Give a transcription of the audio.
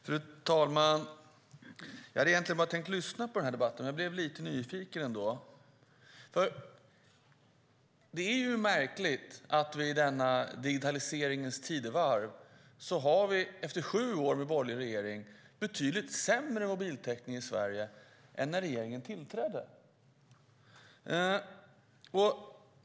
Fru talman! Jag hade egentligen bara tänkt lyssna på den här debatten, men jag blev lite nyfiken. Det är märkligt att vi i detta digitaliseringens tidevarv efter sju år med en borgerlig regering har betydligt sämre mobiltäckning i Sverige än när regeringen tillträdde.